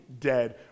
dead